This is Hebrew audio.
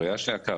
בראייה של היק"ר,